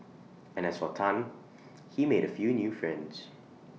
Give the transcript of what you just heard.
and as for Tan he made A few new friends